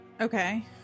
okay